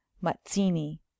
mazzini